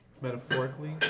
Metaphorically